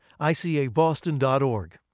ICABoston.org